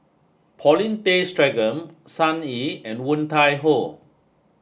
Paulin Tay Straughan Sun Yee and Woon Tai Ho